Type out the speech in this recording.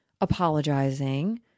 apologizing